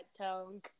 tongue